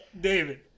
David